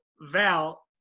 Val